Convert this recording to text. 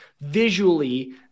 visually